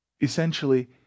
essentially